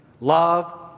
Love